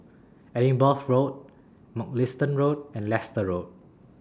Edinburgh Road Mugliston Road and Leicester Road